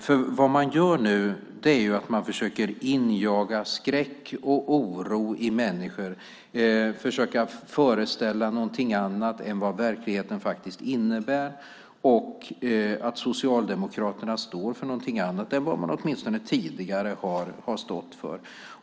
För vad man nu gör är att man försöker injaga skräck och oro i människor. Man försöker framställa det som någonting annat än vad verkligheten faktiskt innebär och som att Socialdemokraterna står för någonting annat än vad man åtminstone tidigare har stått för.